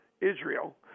Israel